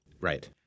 Right